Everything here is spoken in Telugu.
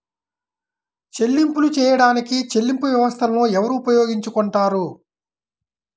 చెల్లింపులు చేయడానికి చెల్లింపు వ్యవస్థలను ఎవరు ఉపయోగించుకొంటారు?